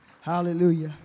Hallelujah